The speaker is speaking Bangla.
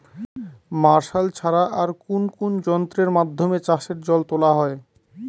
মার্শাল ছাড়া আর কোন কোন যন্ত্রেরর মাধ্যমে চাষের জল তোলা হয়?